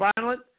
violent